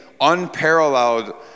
unparalleled